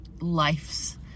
life's